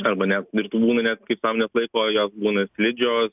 arba net ir tų būna net kitam neatlaiko o jos būna slidžios